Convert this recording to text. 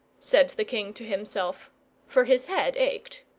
said the king to himself for his head ached.